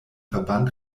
verband